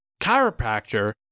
chiropractor